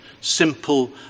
simple